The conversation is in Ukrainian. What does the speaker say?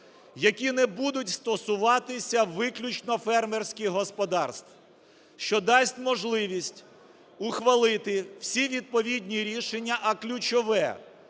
які не будуть стосуватися виключно фермерських господарств, що дасть можливість ухвалити всі відповідні рішення, а ключове,